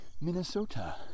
Minnesota